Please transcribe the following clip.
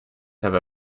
have